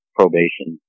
probation